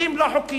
בתים לא חוקיים,